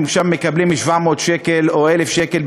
הם מקבלים שם 700 שקל או 1,000 שקל,